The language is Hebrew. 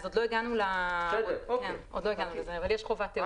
עוד לא הגענו לזה, אבל יש חובת תיעוד.